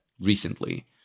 recently